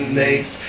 makes